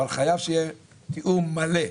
אבל חייב שיהיה תיאום מלא,